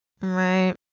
Right